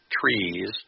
trees